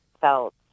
felt